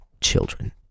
children